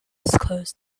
close